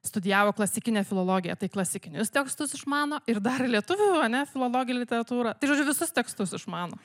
studijavo klasikinę filologiją tai klasikinius tekstus išmano ir dar lietuvių ane filologę literatūrą tai žodžiu visus tekstus išmano